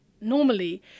normally